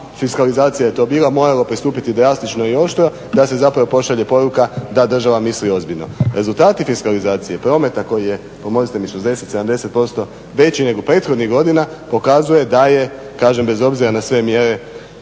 fiskalizacija je to bila moralo pristupiti drastično i oštro da se pošalje poruka da država misli ozbiljno. Rezultati fiskalizacije prometa koji je pomozite mi, 60, 70% veći nego prethodnih godina pokazuje da je bez obzira na sve mjere